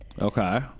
Okay